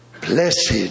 Blessed